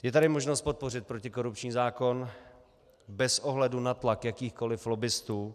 Je tady možnost podpořit protikorupční zákon bez ohledu na tlak jakýchkoli lobbistů.